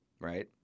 right